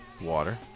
water